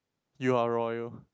you are royal